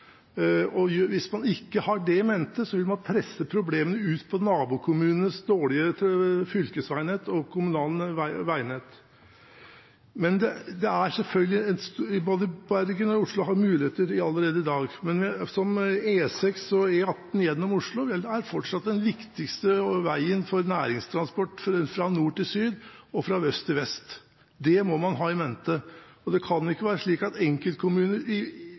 nabokommunenes dårlige fylkesveinett og kommunale veinett. Både Bergen og Oslo har muligheter allerede i dag, men E6 og E18 gjennom Oslo er fortsatt den viktigste veien for næringstransport fra nord til syd og fra øst til vest. Det må man ha in mente. Det kan ikke være slik at enkeltkommuner egenhendig kan avgiftsbelegge disse transportårene etter eget forgodtbefinnende. Jeg deler selvfølgelig den oppfatningen at vi nå har fått et nettverk av virkemidler til kommunene som gjør dem i